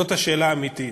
זאת השאלה האמיתית.